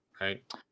right